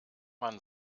man